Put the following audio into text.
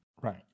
Right